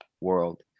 world